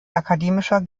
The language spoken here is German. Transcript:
akademischer